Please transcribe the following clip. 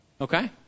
Okay